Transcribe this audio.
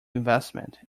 investment